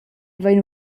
vein